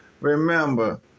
Remember